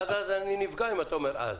אני נפגע אם אתה אומר "אז".